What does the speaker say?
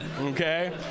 okay